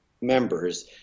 members